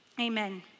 amen